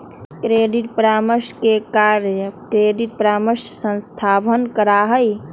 credit परामर्श के कार्य क्रेडिट परामर्श संस्थावह करा हई